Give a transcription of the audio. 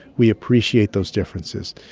we appreciate those differences.